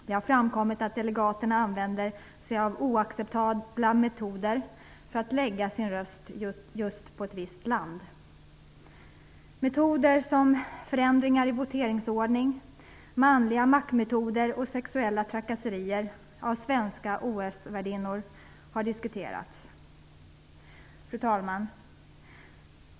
Det har framkommit att delegaterna använder sig av oacceptabla metoder för att lägga sin röst på ett visst land. Metoder som förändringar i voteringsordning, manliga maktmetoder och sexuella trakasserier av svenska OS-värdinnor har diskuterats. Fru talman!